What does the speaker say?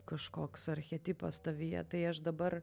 kažkoks archetipas tavyje tai aš dabar